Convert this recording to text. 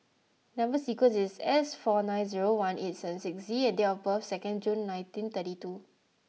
number sequence is S four nine zero one eight seven six Z and date of birth is second June nineteen thirty two